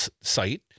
site